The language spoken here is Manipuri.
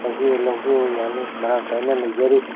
ꯂꯧꯕꯤꯌꯣ ꯂꯧꯕꯤꯌꯣ ꯌꯥꯅꯤ ꯃꯔꯥꯡ ꯀꯥꯏꯅ ꯂꯩꯖꯔꯤ